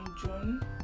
June